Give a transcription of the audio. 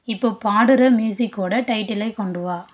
இப்போது பாடுகிற மியூசிக்கோட டைட்டிலை கொண்டு வா